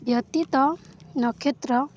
ଏତଦବ୍ୟତୀତ ନକ୍ଷତ୍ର